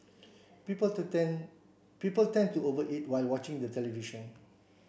people to tend people tend to over eat while watching the television